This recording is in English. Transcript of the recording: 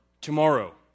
tomorrow